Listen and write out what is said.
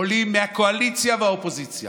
עולים מהקואליציה ומהאופוזיציה